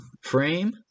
frame